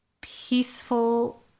peaceful